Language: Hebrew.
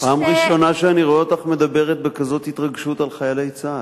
פעם ראשונה שאני רואה אותך מדברת בכזאת התרגשות על חיילי צה"ל.